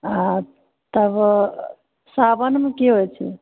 हँ तब साओनमे की होइत छै